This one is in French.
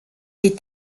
est